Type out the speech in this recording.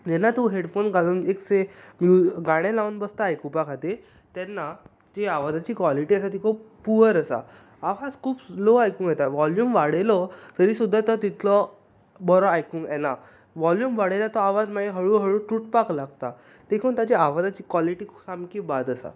जेन्ना तो हेडफोन घालून इफ से गाणे लावन बसता आयकूपाक खातीर तेन्ना जी आवाजाची कॉलिटी आसा ती खूब पुवर आसा आवाज खूब स्लो आयकूंक येता वोल्युम वाडयलो तरी सुद्दां तो तितलो बरो आयकूंक येना वॉल्यूम वाडयलो जाल्यार मागीर हळू हळू तुटपाक लागता देखून ताच्या आवाजाची कॉलीटी सामकी बाद आसा